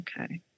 okay